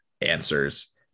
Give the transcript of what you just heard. answers